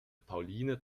pauline